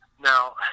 Now